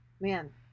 Man